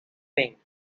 singh